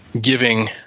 giving